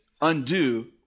undo